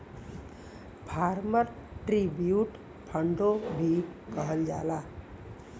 farmer tribute फ़ंडो भी कहल जाला